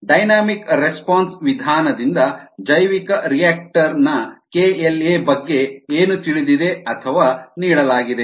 dynamic response ವಿಧಾನದಿಂದ ಜೈವಿಕರಿಯಾಕ್ಟರ್ ನ kLa ಬಗ್ಗೆ ಏನು ತಿಳಿದಿದೆ ಅಥವಾ ನೀಡಲಾಗಿದೆ